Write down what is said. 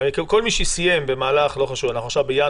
כל מי שסיים במהלך ינואר-פברואר,